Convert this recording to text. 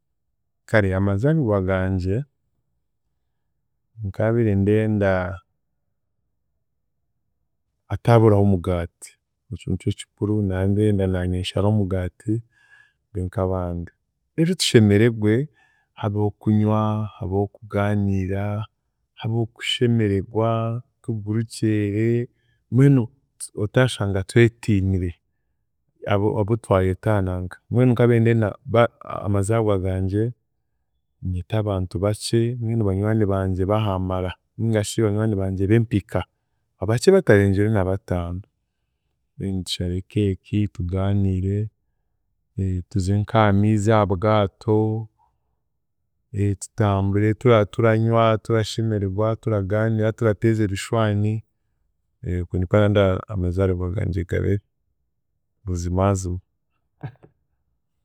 Kare amazaariibwa gangye, nkaabiire ndenda hataburaho omugati, ekyo nikyo kikuru ndandeda naanye nshara omugati, nk’abandi reero tushemeregwe, habeho okunywa, habeho okugaaniira, habeho okushemeregwa, tugurukyere mbwenu tu- otaashanga twetiinire abu- abutwayeta aha nanka mbwenu nkabiire ndenda ba amazagwa gangye nyete abantu bakye, mbwenu banywani bangye b'ahaamara nigashi banywani bangye b'empika abakye batarengire na bataano then tushare cake tugaaniire tuze nk'amiizi abwato tutambure tura turanywa, turashemeregwa, turagaaniira, turateeza ebishwani okwe nikwe ndandenda amazaaribwa gangye gabe buzimaazima.